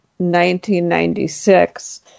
1996